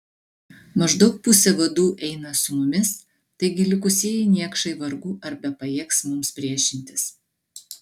maždaug pusė vadų eina su mumis taigi likusieji niekšai vargu ar bepajėgs mums priešintis